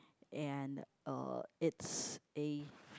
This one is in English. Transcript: and uh it's a